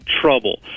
trouble